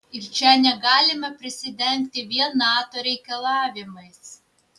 ir čia negalima prisidengti vien nato reikalavimais